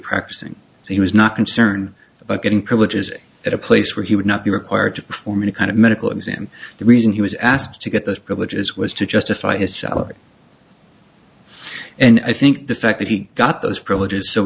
practicing he was not concerned about getting privileges at a place where he would not be required to perform any kind of medical exam the reason he was asked to get those privileges was to justify his salary and i think the fact that he got those privileges so